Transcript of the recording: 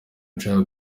nshaka